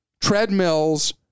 treadmills